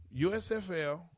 USFL